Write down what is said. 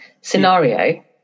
scenario